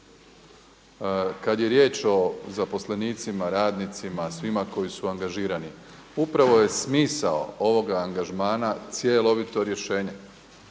Kada je riječ o zaposlenicima, radnicima, svima koji su angažirani upravo je smisao ovoga angažmana cjelovito rješenje.